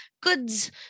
goods